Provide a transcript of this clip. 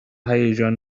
هیجان